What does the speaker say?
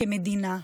כמדינה.